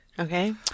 Okay